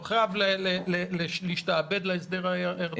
לא חייב להשתעבד להסדר הירדני.